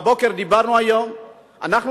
דיברנו היום בבוקר.